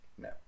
No